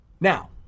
Now